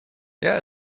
yeah